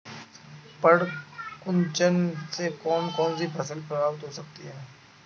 पर्ण कुंचन से कौन कौन सी फसल प्रभावित हो सकती है?